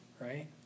right